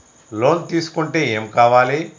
Loan తీసుకుంటే ఏం కావాలి?